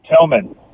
Tillman